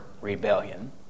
rebellion